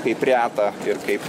kaip reta ir kaip